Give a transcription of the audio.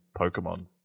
Pokemon